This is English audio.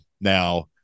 now